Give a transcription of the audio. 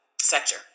sector